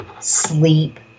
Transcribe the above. sleep